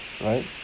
right